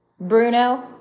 Bruno